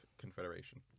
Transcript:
confederation